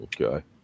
Okay